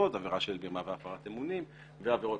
עבירה של מרמה והפרת אמונים ועבירות